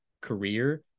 career